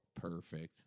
perfect